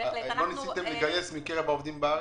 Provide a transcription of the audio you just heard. ניסיתם לגייס מקרב העובדים בארץ?